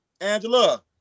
Angela